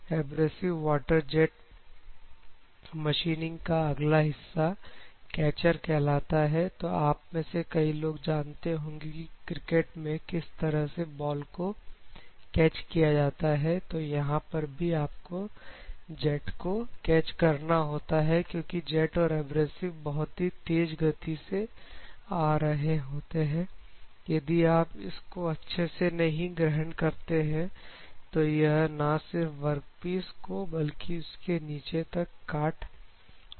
abrasive water jet machining का अगला हिस्सा कैचर कहलाता है तो आप में से कई लोग जानते होंगे कि क्रिकेट में किस तरह से बॉल को कैच किया जाता है तो यहां पर भी आपको जेट को कैच करना होता है क्योंकि जेट और एब्रेसिव बहुत ही तेज गति से आ रहे होते हैं यदि आप इसको अच्छे से नहीं ग्रहण करते हैं तो यह ना सिर्फ वर्कपीस को बल्कि उसके नीचे तक काट सकते हैं